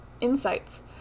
insights